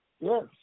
yes